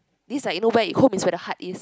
this like where you hope is where the heart is